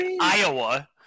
iowa